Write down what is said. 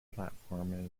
platform